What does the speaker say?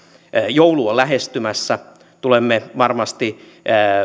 joulu on lähestymässä tulemme varmasti